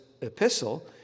epistle